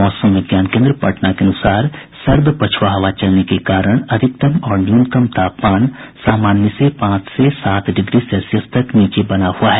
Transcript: मौसम विज्ञान केन्द्र पटना के अनुसार सर्द पछुआ हवा चलने के कारण अधिकतम और न्यूनतम तापमान सामान्य से पांच से सात डिग्री सेल्सियस तक नीचे बना हुआ है